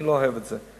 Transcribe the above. אני לא אוהב את זה.